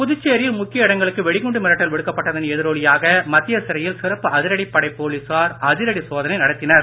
புதுச்சேரியில் முக்கிய இடங்களுக்கு வெடிகுண்டு மிரட்டல் விடுக்கப்பட்டதன் எதிரொலியாக மத்திய சிறையில் சிறப்பு அதிரடிப்படை போலிசார் அதிரடி சோதனை நடத்தினர்